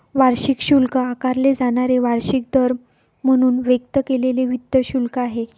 वार्षिक शुल्क आकारले जाणारे वार्षिक दर म्हणून व्यक्त केलेले वित्त शुल्क आहे